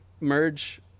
merge